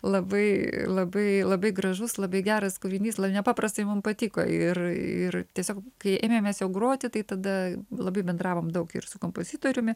labai labai labai gražus labai geras kūrinys nepaprastai mum patiko ir ir tiesiog kai ėmėmės jo groti tai tada labai bendravom daug ir su kompozitoriumi